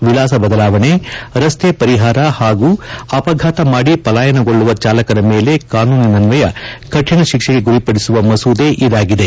ವಿಳಾಸ ಬದಲಾವಣೆ ರಸ್ತೆ ಪರಿಹಾರ ಹಾಗೂ ಅಪಘಾತ ಮಾದಿ ಪಲಾಯನಗೊಳ್ಳುವ ಚಾಲಕನ ಮೇಲೆ ಕಾನೂನಿನನ್ವಯ ಕಠಿಣ ಶಿಕ್ಷೆಗೆ ಗುರಿಪಡಿಸುವ ಮಸೂದೆ ಇದಾಗಿದೆ